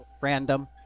random